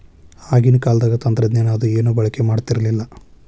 ಆಗಿನ ಕಾಲದಾಗ ತಂತ್ರಜ್ಞಾನ ಅದು ಏನು ಬಳಕೆ ಮಾಡತಿರ್ಲಿಲ್ಲಾ